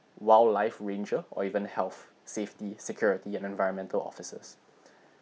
wildlife ranger or even health safety security and environmental officers